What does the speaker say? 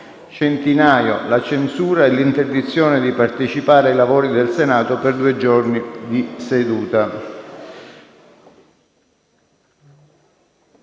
Centinaio la censura e l'interdizione di partecipare ai lavori del Senato per due giorni di seduta.